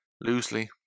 loosely